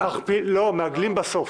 מעגלים בסוף,